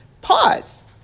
pause